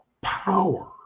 power